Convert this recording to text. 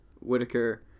Whitaker